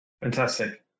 Fantastic